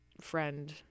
friend